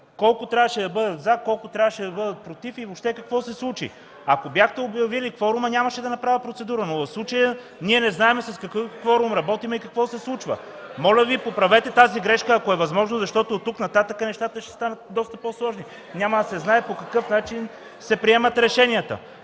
колко трябваше да бъдат „за”, колко трябваше да бъдат „против” и въобще какво се случи. (Реплики.) Ако бяхте обявили кворума, нямаше да направя процедура, но в случая ние не знаем с какъв кворум работим и какво се случва. (Шум и реплики от КБ и ДПС.) Моля Ви, поправете тази грешка, ако е възможно, защото от тук нататък нещата ще станат доста по-сложни – няма да се знае по какъв начин се приемат решенията.